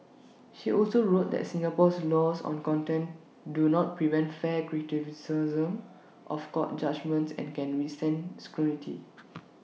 she also wrote that Singapore's laws on contempt do not prevent fair criticisms of court judgements and can withstand scrutiny